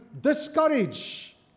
discourage